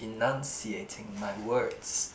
enunciating my words